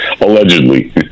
allegedly